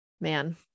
man